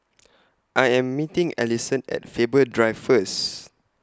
I Am meeting Ellison At Faber Drive First